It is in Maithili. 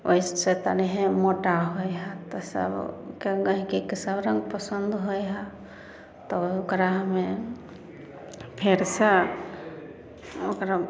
ओहि सँ तनिये मोटा होइ हइ तऽ सबके गैहकीके सब रङ्ग पसन्द होइ है तऽ ओकरा हमे फेर सँ ओकरा